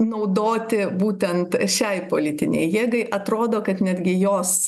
naudoti būtent šiai politinei jėgai atrodo kad netgi jos